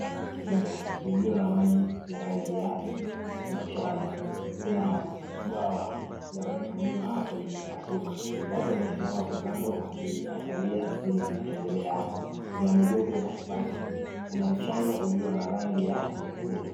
Shimo lililo na maji ya rangi ya manjano. Kuna bwawa laonekaniwa hapo limepasuka. Watu wamesimama kwa kando wakiangalia nini kinacho endelea hapo. Kuna migogo ya spaki. Kuna mchanga ulio na rangi ya nyekundu.